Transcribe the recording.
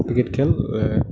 cricket খেল